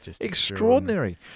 Extraordinary